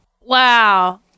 Wow